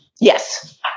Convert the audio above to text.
Yes